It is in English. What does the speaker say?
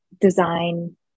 design